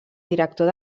director